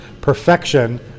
perfection